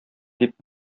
дип